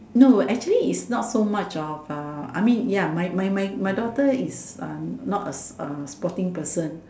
no actually is not so much of uh I mean ya my my my my daughter is um not a a sporting person